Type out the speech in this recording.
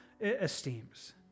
esteems